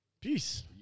Peace